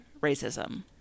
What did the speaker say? racism